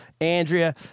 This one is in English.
Andrea